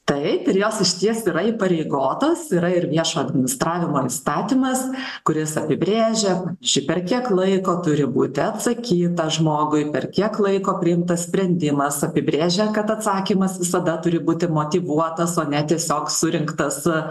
taip ir jos išties yra įpareigotos yra ir viešo administravimo įstatymas kuris apibrėžia ši per kiek laiko turi būti atsakyta žmogui per kiek laiko priimtas sprendimas apibrėžia kad atsakymas visada turi būti motyvuotas o ne tiesiog surinkta su